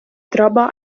troba